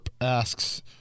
asks